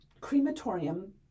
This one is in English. crematorium